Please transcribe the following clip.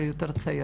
אלא יותר צעיר,